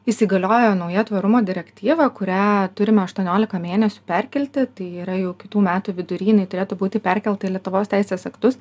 įsigaliojo nauja tvarumo direktyva kurią turime aštuoniolika mėnesių perkelti tai yra jau kitų metų vidury jinai turėtų būti perkelta į lietuvos teisės aktus